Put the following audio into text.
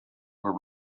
were